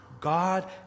God